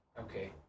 Okay